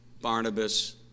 Barnabas